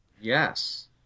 Yes